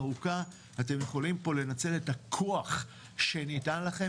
אתם יכולים פה לנצל את הכוח שניתן לכם